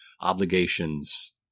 obligations